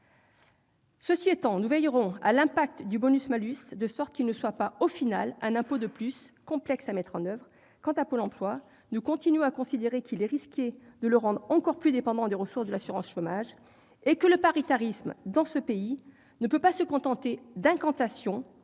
Cela étant, nous veillerons à l'impact du bonus-malus, de sorte que celui-ci ne soit pas,, un impôt complexe à mettre en oeuvre de plus. Quant à Pôle emploi, nous continuons à considérer qu'il est risqué de le rendre encore plus dépendant des ressources de l'assurance chômage ; dans ce pays, le paritarisme ne peut pas se contenter d'incantations